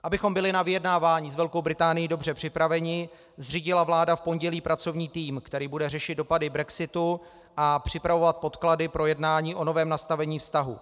Abychom byli na vyjednávání s Velkou Británií dobře připraveni, zřídila vláda v pondělí pracovní tým, který bude řešit dopady brexitu a připravovat podklady pro jednání o novém nastavení vztahů.